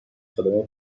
خدمه